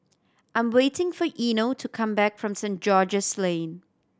I'm waiting for Eino to come back from Saint George's Lane